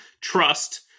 trust